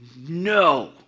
No